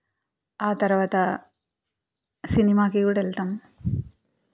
ఆ తర్వాత సినిమాకి కూడా వెళ్తాం